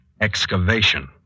excavation